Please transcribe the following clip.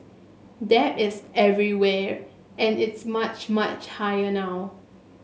debt is everywhere and it's much much higher now